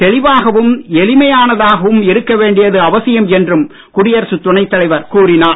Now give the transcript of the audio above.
தெளிவாகவும் எளிமையானதாகவும் இருக்க வேண்டியது அவசியம் என்றும் குடியரசு துணைத் தலைவர் கூறினார்